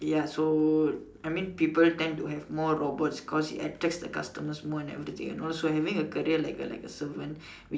ya so I mean people tend to have more robots because it attracts the customers more and everything and also having a career like a like a servant